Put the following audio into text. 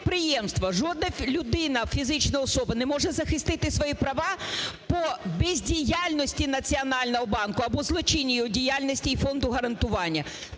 жодна людина, фізична особа, не може захистити свої права по бездіяльності Національного банку або злочинній його діяльності і Фонду гарантування.